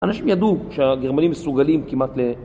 אנשים ידעו שהגרמנים מסוגלים כמעט ל...